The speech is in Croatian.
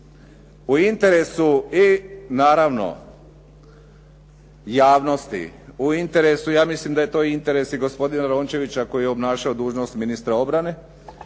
U interesu i naravno javnosti, u interesu, ja mislim da je to i interes i gospodina Rončevića koji je obnašao dužnost ministra obrane.